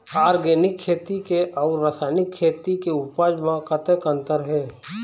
Organic खेती के अउ रासायनिक खेती के उपज म कतक अंतर हे?